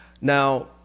Now